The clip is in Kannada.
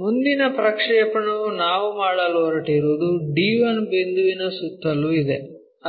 ಮುಂದಿನ ಪ್ರಕ್ಷೇಪಣವು ನಾವು ಮಾಡಲು ಹೊರಟಿರುವುದು d1 ಬಿಂದುವಿನ ಸುತ್ತಲೂ ಇದೆ